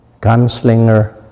gunslinger